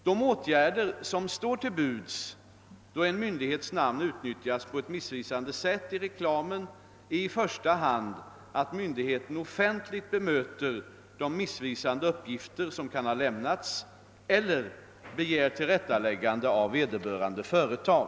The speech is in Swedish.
De åtgärder som står till buds då en myndighets namn utnyttjas på ett missvisande sätt i reklamen är i första hand att myndigheten offentligt bemöter de missvisande uppgifter som kan ha lämnats eller begär tillrättaläggande av vederbörande företag.